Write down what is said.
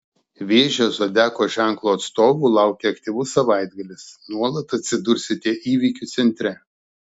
vėžio zodiako ženklo atstovų laukia aktyvus savaitgalis nuolat atsidursite įvykių centre